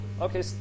okay